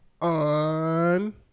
on